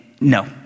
No